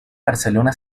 barcelona